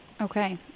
Okay